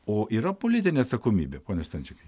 o yra politinė atsakomybė pone stančikai